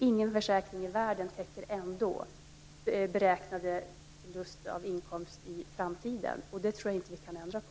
Ingen försäkring i världen täcker ändå beräknad förlust av inkomst i framtiden, och det tror jag inte att vi kan ändra på.